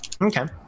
Okay